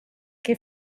que